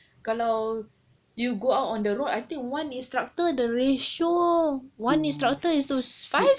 kalau you go out on the road I think one instructor the ratio one instructor is to five